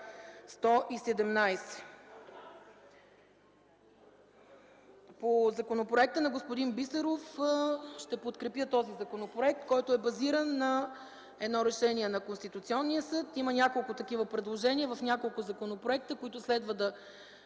117. По законопроекта на господин Бисеров – ще подкрепя законопроекта. Той е базиран на решение на Конституционния съд. Има такива предложения в няколко законопроекта, които следва да